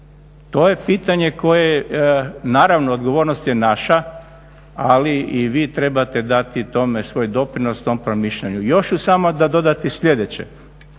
To je pitanje koje je, naravno odgovornost je naša, ali i vi trebate dati tome svoj doprinos tom promišljanju. Još ću samo dodati sljedeće,